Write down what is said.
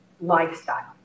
lifestyle